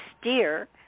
steer